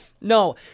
No